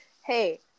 hey